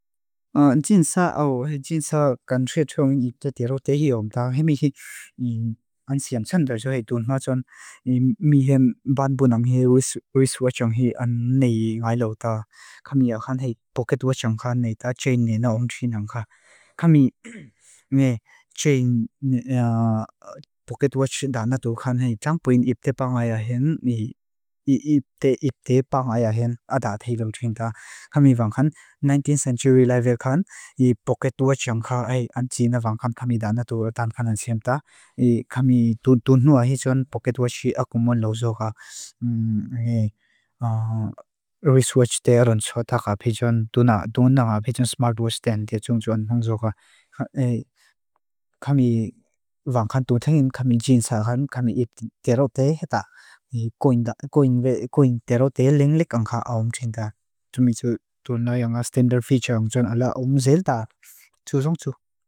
Pocket Watch yung kha anti na vangkam kami danatua dan kanan tsemta. Kami tunua hitzon Pocket Watch yi agumon lozoga. Research de arun tsotaka. Pichon tuna, tunanga pichon Smart Watch den de tsung tsuan hangzoga. Kami vangkam tutengin kami jintsa kan kami iptero te heta. Kuinptero te linglik yung kha awam tsenda. Tumitsu tunanga tsenda pichon tsuan ala awam tselda. Tsu tsung tsu.